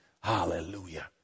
Hallelujah